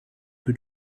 who